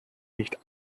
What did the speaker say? nicht